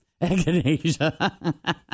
Echinacea